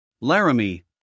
Laramie